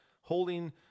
holding